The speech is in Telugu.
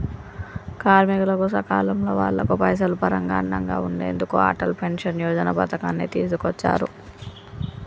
కార్మికులకు సకాలంలో వాళ్లకు పైసలు పరంగా అండగా ఉండెందుకు అటల్ పెన్షన్ యోజన పథకాన్ని తీసుకొచ్చారు